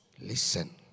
Listen